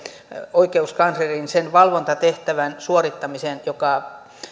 oikeuskanslerin valvontatehtävän suorittamisen joka hänelle